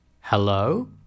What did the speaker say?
Hello